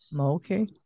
okay